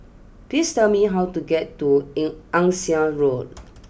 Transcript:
please tell me how to get to in Ann Siang Road